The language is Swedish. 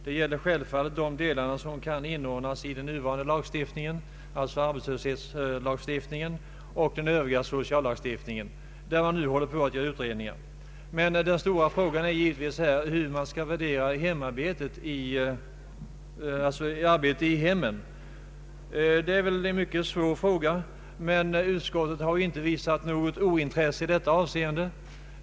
Det gäller självfallet de delar som kan inordnas i den nuvarande =<arbetslöshetslagstiftningen och den övriga sociallagstiftningen, där man nu håller på med utredningar. Det stora problemet är givetvis hur man skall värdera arbetet i hemmen. Det är en mycket svår fråga, men utskottet har inte visat brist på intresse i detta avseende.